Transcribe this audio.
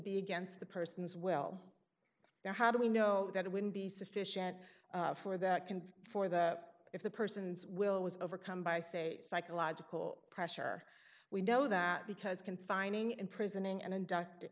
be against the person's well now how do we know that it wouldn't be sufficient for that can be for that if the person's will was overcome by say psychological pressure we know that because confining imprisoning and induct